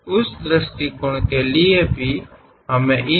ಆ ದೃಷ್ಟಿಕೋನಕ್ಕಾಗಿ ನಮಗೆ ಈ ವೀಕ್ಷಣೆಗಳು ಬೇಕಾಗುತ್ತವೆ